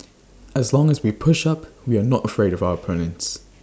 as long as we push up we are not afraid of our opponents